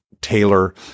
Taylor